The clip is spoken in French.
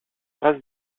race